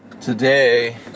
today